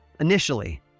Initially